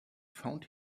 found